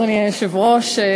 אדוני היושב-ראש,